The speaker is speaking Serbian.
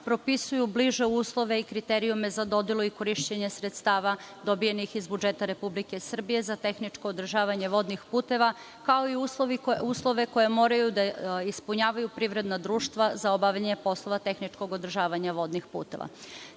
propisuju bliže uslove i kriterijume za dodelu i korišćenje sredstava dobijenih iz budžeta Republike Srbije za tehničko održavanje vodnih puteva, kao i uslove koje moraju da ispunjavaju privredna društva za obavljanje poslova tehničkog održavanja vodnih puteva. Cilj